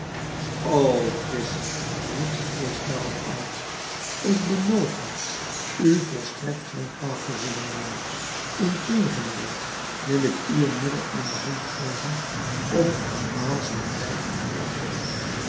o visscher riep de geest daarop uit ik beloof u u volstrekt geen kwaad te zullen doen integendeel wil ik u een middel aan de hand geven om verbazend rijk te worden